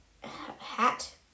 hat